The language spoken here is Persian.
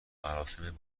مراسم